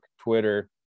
twitter